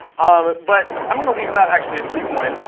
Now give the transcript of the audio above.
um but i'm going to leave that actually as sigmoid.